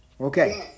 Okay